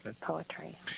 poetry